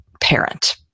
parent